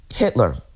Hitler